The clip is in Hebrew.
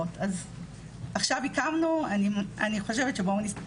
כשבאים ואומרים תמנו מישהו בכיר,